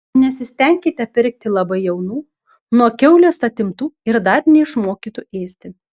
nesistenkite pirkti labai jaunų nuo kiaulės atimtų ir dar neišmokytų ėsti